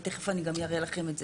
תיכף אני גם אראה לכם את זה.